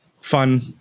fun